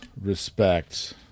respect